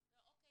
--- אוקיי,